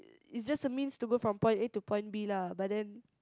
it's just a means to go from point A to point B lah but then